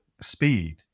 speed